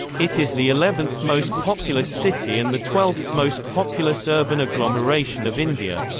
it is the eleventh most populous city and the twelfth most populous urban agglomeration of india.